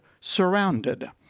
Surrounded